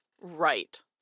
right